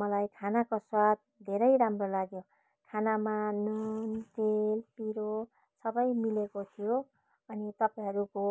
मलाई खानाको स्वाद धेरै राम्रो लाग्यो खानामा नुन तेल पिरो सबै मिलेको थियो अनि तपाईँहरूको